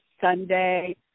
Sunday